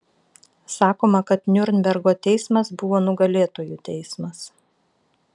sakoma kad niurnbergo teismas buvo nugalėtojų teismas